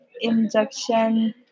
injection